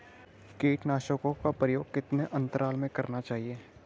कीटनाशकों का प्रयोग कितने अंतराल में करना चाहिए?